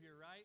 right